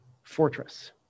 Fortress